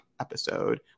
episode